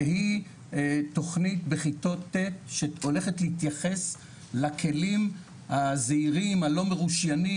תכנית בכיתות ט' שהולכת להתייחס לכלים הזעירים הלא מרושיינים,